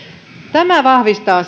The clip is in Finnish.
tämä vahvistaa